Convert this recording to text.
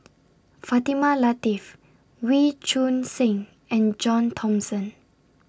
Fatimah Lateef Wee Choon Seng and John Thomson